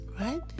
Right